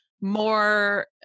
more